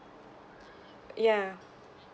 ya